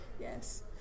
Yes